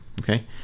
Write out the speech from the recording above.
Okay